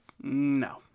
No